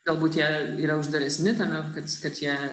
galbūt jie yra uždaresni tame kad jie